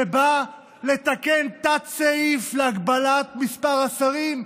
שבא לתקן תת-סעיף להגבלת מספר השרים,